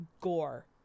gore